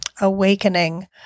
awakening